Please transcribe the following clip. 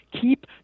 keep